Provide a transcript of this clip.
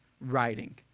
writing